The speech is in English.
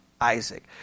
Isaac